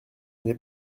n’est